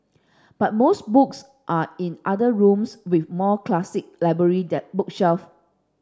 but most books are in other rooms with more classic library that book self